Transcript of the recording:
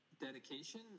dedication